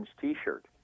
T-shirt